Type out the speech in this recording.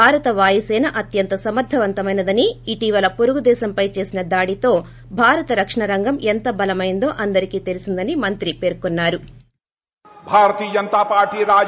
భారత వాయుసేన అత్యంత సమర్గవంతమైనదని ఇటీవల పొరుగు దేశంపై చేసిన దాడితో భారత రక్షణ రంగం ఎంత బలమైంతో అందరికీ తెలిసిందని మంత్రి పేర్కొన్నా రు